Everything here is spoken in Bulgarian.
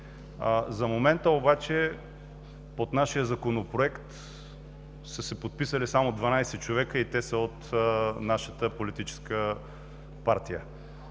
За момента обаче под нашия Законопроект са се подписали само 12 човека и те са от нашата политическа партия.